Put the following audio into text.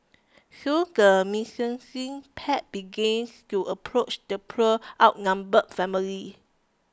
soon the menacing pack begins to approach the poor outnumbered family